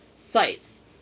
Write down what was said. Sites